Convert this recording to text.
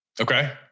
Okay